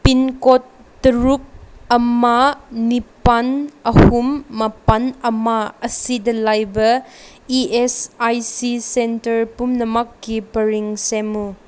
pin code ꯇꯔꯨꯛ ꯑꯃ ꯅꯤꯄꯥꯟ ꯑꯍꯨꯝ ꯃꯥꯄꯟ ꯑꯃ ꯑꯁꯤꯗ ꯂꯩꯕ E S I C centre ꯄꯨꯝꯅꯃꯛꯀꯤ ꯄꯔꯤꯡ ꯁꯦꯝꯃꯨ